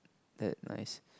that nice